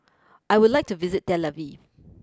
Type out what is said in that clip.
I would like to visit Tel Aviv